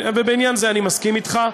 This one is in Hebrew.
ובעניין זה אני מסכים אתך,